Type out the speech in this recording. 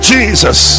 Jesus